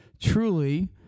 truly